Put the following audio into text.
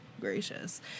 gracious